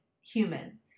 human